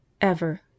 Ever